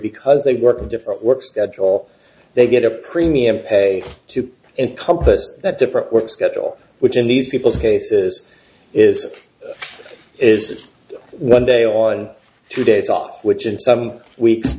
because they work different work schedule they get a premium pay to encompass that different work schedule which in these people's cases is is one day on two days off which in some weeks